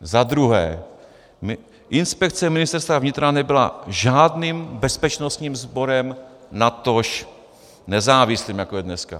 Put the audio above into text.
Za druhé, inspekce Ministerstva vnitra nebyla žádným bezpečnostním sborem, natož nezávislým, jako je dneska.